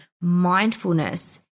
mindfulness